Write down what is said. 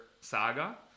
saga